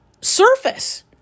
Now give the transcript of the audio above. surface